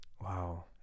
Wow